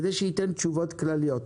כדי שייתן תשובות כלליות.